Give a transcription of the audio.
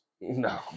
No